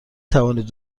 توانید